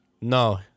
No